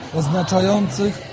oznaczających